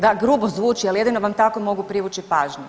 Da, grubo zvuči, ali jedino vam tako mogu privući pažnju.